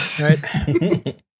Right